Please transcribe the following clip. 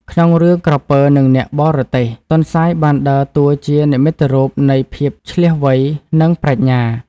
ក្នុងរឿង "ក្រពើនឹងអ្នកបរទេះ" ទន្សាយបានដើរតួជានិមិត្តរូបនៃភាពឈ្លាសវៃ និងប្រាជ្ញា។